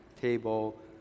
table